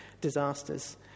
disasters